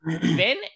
Ben